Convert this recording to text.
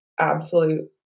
absolute